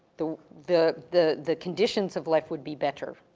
the, the, the the conditions of life would be better.